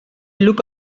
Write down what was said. look